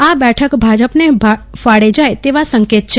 આ બેઠક ભાજપને ફાળે જાય તેવા સંકેત છે